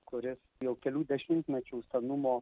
kuris dėl kelių dešimtmečių senumo